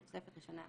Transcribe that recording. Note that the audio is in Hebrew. בתוספת ראשונה א',